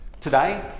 Today